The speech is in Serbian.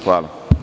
Hvala.